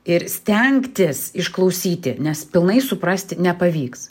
ir stengtis išklausyti nes pilnai suprasti nepavyks